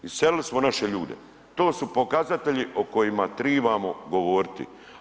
Iselili smo naše ljude, to su pokazatelji o kojima trebamo govoriti.